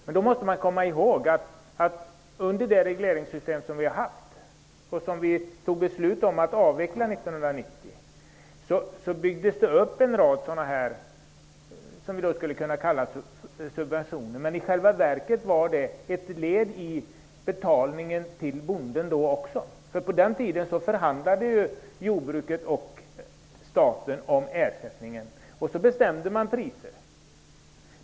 Men då måste man komma ihåg att under det regleringssystem som vi har haft, och som vi 1990 fattade beslut om att avveckla, byggdes det upp en rad saker som vi skulle kunna kalla subventioner. Men i själva verket var de ett led i betalningen till bonden. På den tiden förhandlade jordbruket och staten om ersättningen. Sedan bestämde man priser.